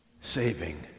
saving